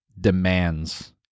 demands